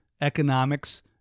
economics